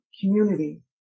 community